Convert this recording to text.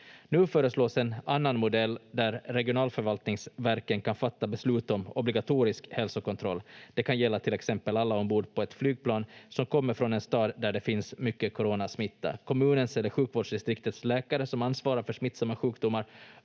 Nu föreslås en annan modell där regionalförvaltningsverken kan fatta beslut om obligatorisk hälsokontroll. Det kan gälla till exempel alla ombord på ett flygplan som kommer från en stad där det finns mycket coronasmitta. Kommunens eller sjukvårdsdistriktets läkare som ansvarar för smittsamma sjukdomar